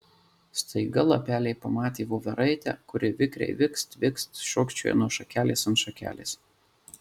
staiga lapeliai pamatė voveraitę kuri vikriai vikst vikst šokčioja nuo šakelės ant šakelės